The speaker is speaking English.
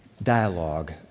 dialogue